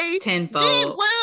tenfold